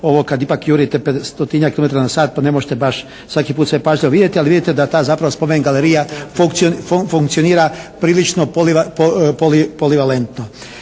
ovo kad ipak jurite 100-tinjak kilometara na sat pa ne možete baš svaki put sve pažljivo vidjeti. Ali vidite da ta zapravo spomen galerija funkcionira prilično polivalentno.